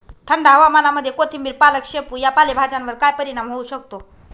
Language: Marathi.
थंड हवामानामध्ये कोथिंबिर, पालक, शेपू या पालेभाज्यांवर काय परिणाम होऊ शकतो?